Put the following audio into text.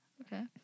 Okay